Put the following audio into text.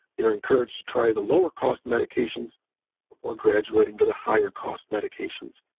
you're encouraged to try the lower cost medications before graduating to the higher cost medications.